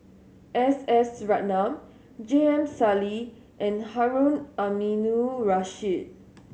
S S Ratnam J M Sali and Harun Aminurrashid